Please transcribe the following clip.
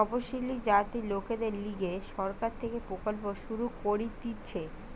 তপসিলি জাতির লোকদের লিগে সরকার থেকে প্রকল্প শুরু করতিছে